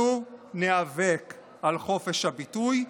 אנחנו ניאבק על חופש הביטוי,